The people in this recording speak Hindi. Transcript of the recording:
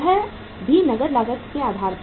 वह भी नकद लागत के आधार पर